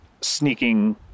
sneaking